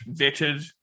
vetted